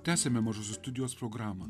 tęsiame mažosios studijos programą